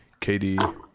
KD